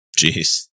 Jeez